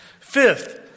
Fifth